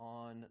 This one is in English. on